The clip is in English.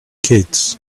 kids